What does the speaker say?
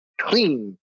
clean